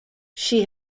she